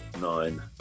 Nine